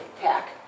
pack